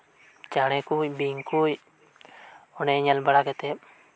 ᱪᱮᱬᱮᱸ ᱠᱚ ᱵᱤᱧ ᱠᱚ ᱚᱰᱮᱸ ᱧᱮᱞ ᱵᱟᱲᱟ ᱠᱟᱛᱮᱫ